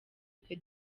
twe